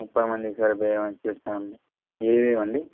ముప్పై మందికి సరిపోయేవి చెప్తానండి ఏవేవి అండి